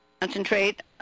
Concentrate